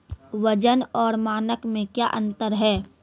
वजन और मानक मे क्या अंतर हैं?